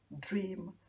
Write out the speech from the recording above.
dream